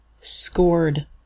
scored